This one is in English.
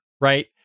right